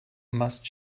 must